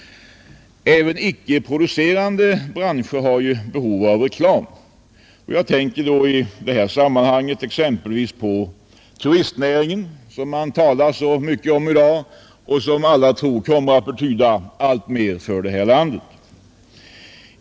Även icke producerande branscher har behov av reklam — jag tänker i detta sammanhang exempelvis på turistnäringen, som man talar så mycket om och som alla tror kommer att betyda alltmer för det här landet.